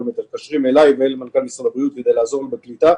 מתקשרים אליי ואל מנכ"ל משרד הבריאות כדי לעזור בקליטה.